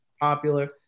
popular